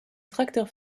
tracteurs